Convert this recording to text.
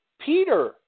Peter